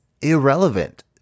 irrelevant